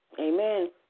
Amen